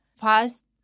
fast